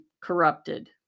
corrupted